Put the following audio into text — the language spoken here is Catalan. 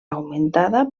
augmentada